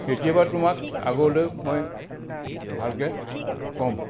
কেতিয়াবা তোমাক আগলৈও মই ভালকৈ ক'ম